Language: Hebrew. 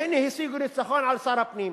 והנה השיגו ניצחון על שר הפנים.